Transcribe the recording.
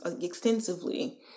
extensively